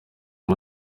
iyi